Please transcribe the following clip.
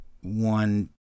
one